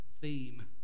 theme